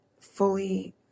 fully